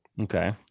Okay